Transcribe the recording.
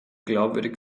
glaubwürdig